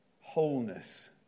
Wholeness